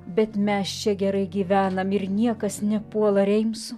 bet mes čia gerai gyvenam ir niekas nepuola reimso